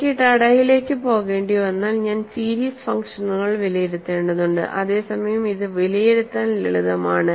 എനിക്ക് ടാഡയിലേക്ക് പോകേണ്ടിവന്നാൽ ഞാൻ സീരീസ് ഫംഗ്ഷനുകൾ വിലയിരുത്തേണ്ടതുണ്ട് അതേസമയം ഇത് വിലയിരുത്താൻ ലളിതമാണ്